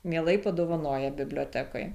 mielai padovanoja bibliotekai